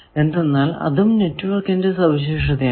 എന്തെന്നാൽ അതും നെറ്റ്വർക്കിന്റെ സവിശേഷതയാണ്